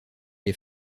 les